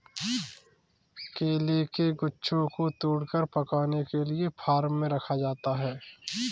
केले के गुच्छों को तोड़कर पकाने के लिए फार्म में रखा जाता है